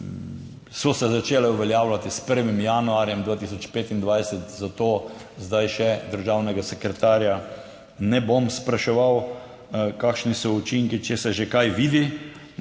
so se začele uveljavljati s 1. januarjem 2025, zato zdaj še državnega sekretarja ne bom spraševal kakšni so učinki, če se že kaj vidi,